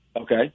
Okay